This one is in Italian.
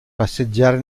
passeggiare